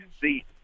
see